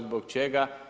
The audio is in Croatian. Zbog čega?